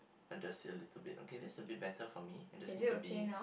adjust it a little bit okay that's a bit better for me I just need to be